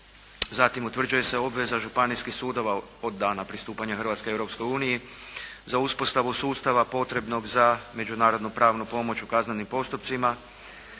Zatim, utvrđuje se obveza županijskih sudova od dana pristupanja Hrvatske Europskoj uniji za uspostavu sustava potrebnog za međunarodno-pravnu pomoć u kaznenim postupcima.